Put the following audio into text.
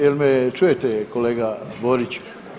Jel me čujete. kolega Boriću?